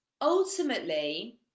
ultimately